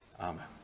Amen